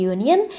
Union